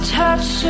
touch